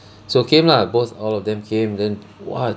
so came lah both all of them came then !wah!